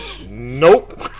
Nope